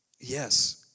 Yes